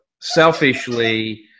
selfishly